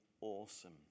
awesome